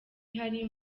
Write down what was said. ihari